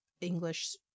English